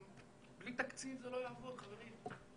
בלי תקציב זה לא יעבוד, חברים.